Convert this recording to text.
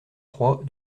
trois